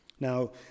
Now